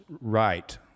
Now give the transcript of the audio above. right